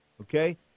Okay